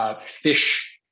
Fish